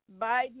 Biden